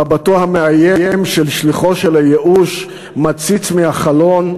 מבטו המאיים של שליחו של הייאוש מציץ מהחלון,